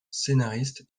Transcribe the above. scénariste